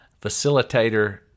facilitator